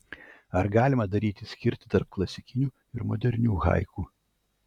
ar galima daryti skirtį tarp klasikinių ir modernių haiku